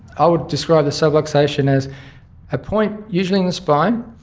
i would describe the subluxation as a point, usually in the spine,